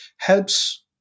helps